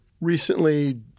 recently